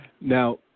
Now